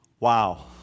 Wow